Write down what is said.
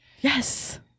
Yes